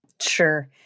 Sure